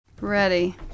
Ready